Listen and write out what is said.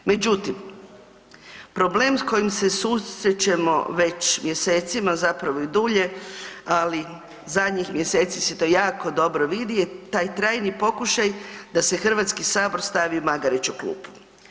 Međutim, problem s kojim se susrećemo već mjesecima zapravo i dulje, ali zadnjih mjeseci se to jako dobro vidi taj trajni pokušaj da se HS stavi u magareću klupu.